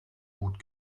gut